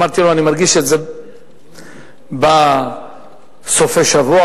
אמרתי לו: אני מרגיש את זה בסופי שבוע,